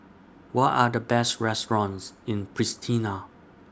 What Are The Best restaurants in Pristina